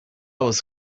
was